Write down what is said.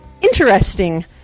interesting